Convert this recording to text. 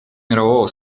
мирового